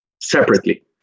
separately